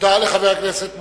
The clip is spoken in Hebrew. תודה לחבר הכנסת מולה.